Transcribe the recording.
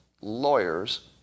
lawyers